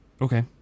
Okay